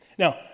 Now